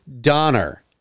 Donner